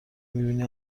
میبینی